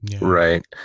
Right